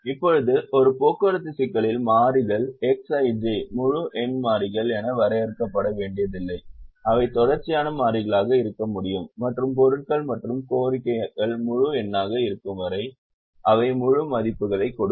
இப்போது ஒரு போக்குவரத்து சிக்கலில் மாறிகள் Xij முழு எண் மாறிகள் என வரையறுக்கப்பட வேண்டியதில்லை அவை தொடர்ச்சியான மாறிகளாக இருக்க முடியும் மற்றும் பொருட்கள் மற்றும் கோரிக்கைகள் முழு எண்ணாக இருக்கும் வரை அவை முழு மதிப்புகளைக் கொடுக்கும்